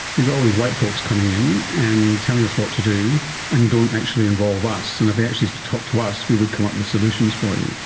you've got all these white folks coming in and telling us what to do and don't actually involve us, and if they actually talked to us we would come up with solutions for you.